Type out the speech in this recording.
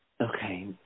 Okay